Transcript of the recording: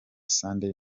sunday